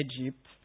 Egypt